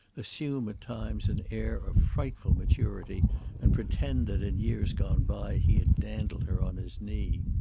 assume at times an air of frightful maturity and pretend that in years gone by he had dandled her on his knee.